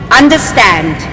understand